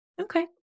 Okay